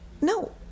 no